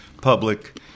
public